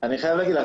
אני חייב להגיד לך,